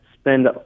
spend